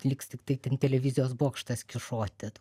liks tiktai ten televizijos bokštas kyšoti